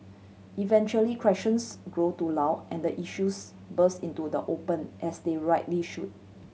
eventually questions grow too loud and the issues burst into the open as they rightly should